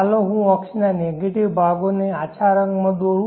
ચાલો હું અક્ષના નેગેટીવ ભાગો ને આછા રંગમાં દોરું